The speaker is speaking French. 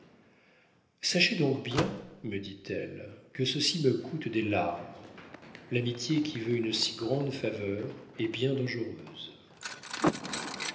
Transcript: sachez donc bien me dit-elle que ceci me coûte des larmes l'amitié qui veut une si grande faveur est bien dangereuse